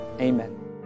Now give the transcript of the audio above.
Amen